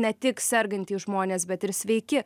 ne tik sergantys žmonės bet ir sveiki